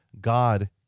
God